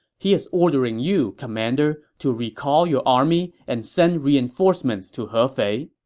he is ordering you, commander, to recall your army and send reinforcements to hefei.